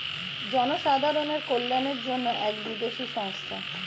জনসাধারণের কল্যাণের জন্য এক বিদেশি সংস্থা